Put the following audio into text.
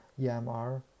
EMR